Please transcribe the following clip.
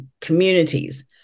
communities